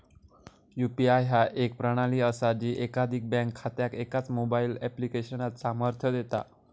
UPI ह्या एक प्रणाली असा जी एकाधिक बँक खात्यांका एकाच मोबाईल ऍप्लिकेशनात सामर्थ्य देता